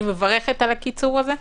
אני מברכת על הקיצור הזה.